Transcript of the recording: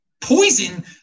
poison